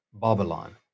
Babylon